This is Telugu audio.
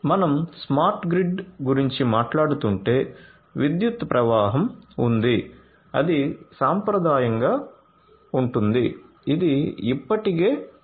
మనం స్మార్ట్ గ్రిడ్ గురించి మాట్లాడుతుంటే విద్యుత్ ప్రవాహం ఉంది అది సాంప్రదాయంగా ఉంది ఇది ఇప్పటికే ఉంది